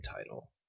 title